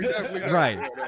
right